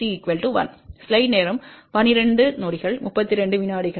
BC 1